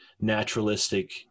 naturalistic